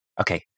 okay